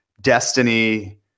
Destiny